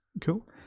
Cool